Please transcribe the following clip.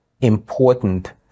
important